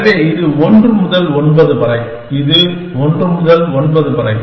எனவே இது 1 முதல் 9 வரை இது 1 முதல் 9 வரை